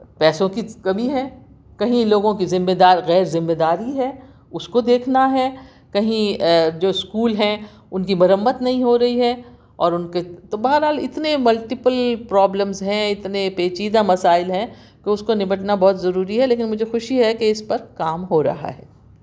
پیسوں کی کمی ہے کہیں لوگوں کی ذمہ دار غیرذمہ داری ہے اس کو دیکھنا ہے کہیں جو اسکول ہیں ان کی مرمت نہیں ہو رہی ہے اور ان کے تو بہرحال اتنے ملٹیپل پرابلمز ہیں اتنے پیچیدہ مسائل ہیں کہ اس کو نپٹنا بہت ضروری ہے لیکن مجھے خوشی ہے کہ اس پر کام ہو رہا ہے